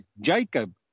Jacob